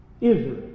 Israel